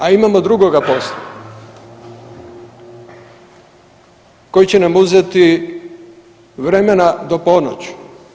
A imamo drugoga posla koji će nam uzeti vremena do ponoći.